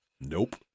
nope